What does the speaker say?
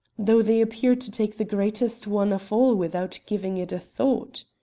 though they appear to take the greatest one of all without giving it a thought.